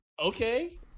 okay